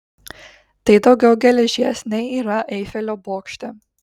tai daugiau geležies nei yra eifelio bokšte